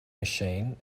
machine